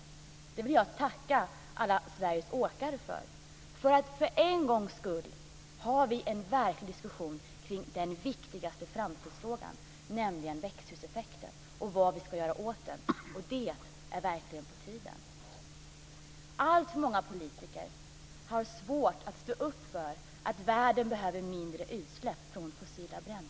Det vill jag tacka alla Sveriges åkare för. För en gångs skull har vi en verklig diskussion kring den viktigaste framtidsfrågan, nämligen växthuseffekten och vad vi ska göra åt den. Och det är verkligen på tiden. Alltför många politiker har svårt att stå upp för att världen behöver mindre utsläpp från fossila bränslen.